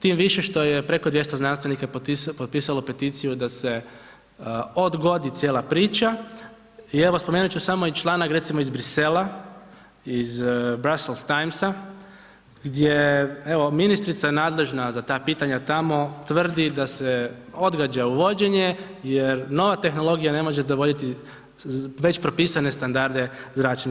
Tim više što je preko 200 znanstvenika potpisano peticiju da se odgodi cijela priča i evo, spomenut ću samo i članak, recimo iz Bruxellesa, iz Brussels Timesa gdje, evo ministrica nadležna za ta pitanja tamo tvrdi se odgađa uvođenje jer nova tehnologija ne može dovoditi već propisane standarde zračenja.